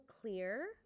clear